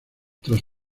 tras